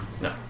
No